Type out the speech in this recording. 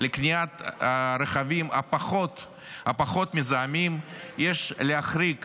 לקניית רכבים פחות מזהמים יש להחריג